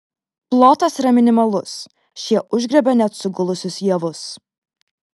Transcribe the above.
plotas yra minimalus šie užgriebia net sugulusius javus